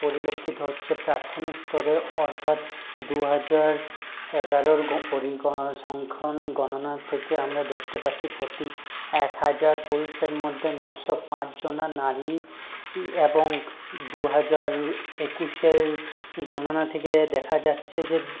পরিলক্ষিত হচ্ছে প্রাথমিক স্তরে অর্থাৎ দু হাজার এগারোর গণসংখ্যান গণনা থেকে আমরা দেখতে পাচ্ছি প্রতি এক হাজার পুরুষের মধ্যে নশো পাঁচ জনা নারী এবং দু হাজার একুশের গণনা থেকে দেখা যাচ্ছে যে